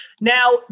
Now